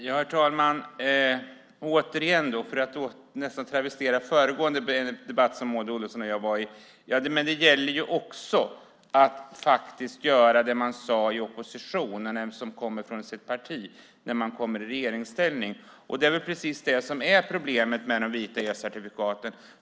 Herr talman! Jag kan nästan travestera föregående debatt som Maud Olofsson och jag hade: Det gäller ju också att faktiskt göra det man sade i opposition i sitt parti när man kommer i regeringsställning. Det är väl precis det som är problemet med de vita elcertifikaten.